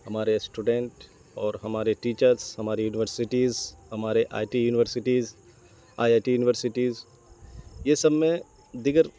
ہمارے اسٹوڈینٹ اور ہمارے ٹیچرس ہماری یونیورسٹیز ہمارے I T universities I I T universities یہ سب میں دیگر